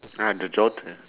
ah the daughter